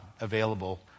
available